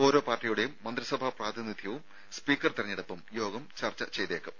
ഓരോ പാർട്ടിയുടേയും മന്ത്രിസഭാ പ്രാതിനിധ്യവും സ്പീക്കർ തെരഞ്ഞെടുപ്പും യോഗം ചർച്ച ചെയ്യും